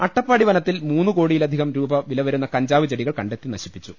അട്ടപ്പാടി വനത്തിൽ മൂന്നുകോടിയിലധികം രൂപ വില വരുന്ന കഞ്ചാവ് ചെടികൾ കണ്ടെത്തി നശിപ്പിച്ചു